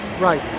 Right